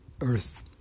earth